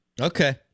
Okay